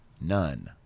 None